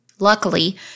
Luckily